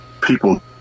people